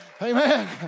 Amen